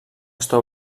està